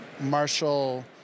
Marshall